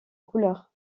couleur